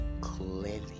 clearly